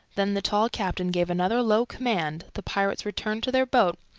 then the tall captain gave another low command, the pirates returned to their boat,